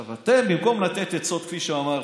אתם, במקום לתת עצות, כפי שאמרתי,